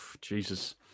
Jesus